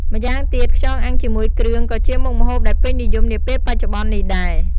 ម៉្យាងទៀត ខ្យងអាំងជាមួយគ្រឿងក៏ជាមុខម្ហូបដែលពេញនិយមនាពេលបច្ចុប្បន្ននេះដែរ។